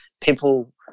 people